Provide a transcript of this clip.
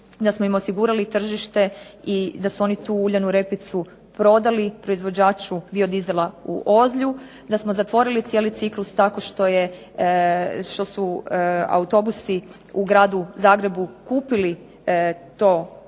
da smo im osigurali tržište i da su tu uljanu repicu prodali proizvođaču biodizela u Ozlju, da smo zatvorili cijeli ciklus što su autobusi u Gradu Zagrebu kupili to